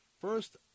First